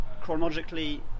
chronologically